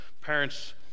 parents